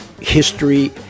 history